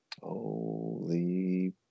Holy